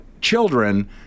children